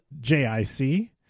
J-I-C